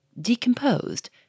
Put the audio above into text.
decomposed